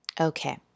Okay